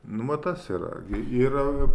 nu va tas yra gi yra